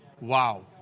Wow